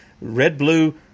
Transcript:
red-blue